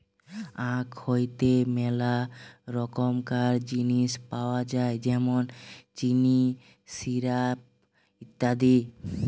আখ হইতে মেলা রকমকার জিনিস পাওয় যায় যেমন চিনি, সিরাপ, ইত্যাদি